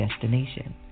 destination